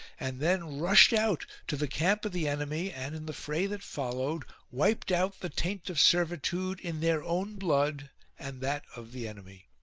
and then rushed out to the camp of the enemy and, in the fray that followed, wiped out the taint of servitude in their own blood and that of the enemy.